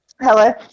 Hello